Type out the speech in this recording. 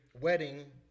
wedding